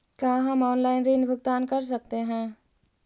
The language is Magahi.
का हम आनलाइन ऋण भुगतान कर सकते हैं?